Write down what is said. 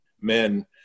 men